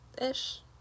ish